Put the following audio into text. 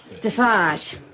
Defarge